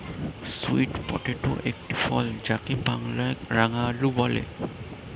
sweet potato একটি ফল যাকে বাংলায় রাঙালু বলে